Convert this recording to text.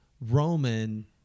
Roman